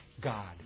God